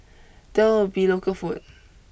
there will be local food